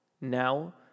Now